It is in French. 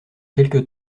quelque